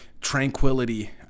tranquility